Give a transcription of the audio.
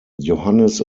johannes